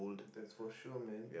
that's for sure man